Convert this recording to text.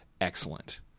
excellent